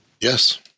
Yes